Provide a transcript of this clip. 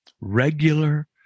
regular